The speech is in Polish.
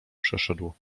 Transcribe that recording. przeszedł